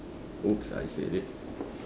!oops! I said it